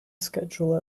schedule